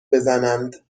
بزنند